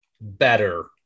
better